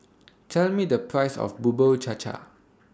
Tell Me The Price of Bubur Cha Cha